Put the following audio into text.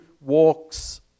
walks